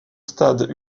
stade